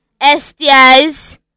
STIs